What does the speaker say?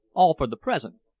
all for the present.